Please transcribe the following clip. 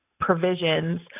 provisions